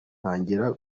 ntangira